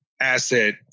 asset